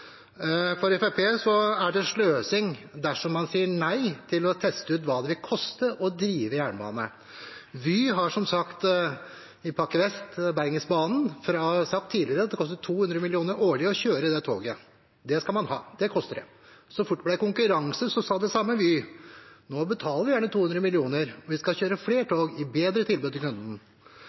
For Fremskrittspartiet er det sløsing dersom man sier nei til å teste ut hva det vil koste å drive jernbane. Om Trafikkpakke 3 Vest, Bergensbanen, har Vy tidligere sagt at det koster 200 mill. kr årlig å kjøre det toget. Det skal man ha; det koster det. Så fort det ble konkurranse, sa det samme Vy: Nå betaler vi gjerne 200 mill. kr, og vi skal kjøre flere tog og gi et bedre tilbud til